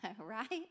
right